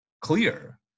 clear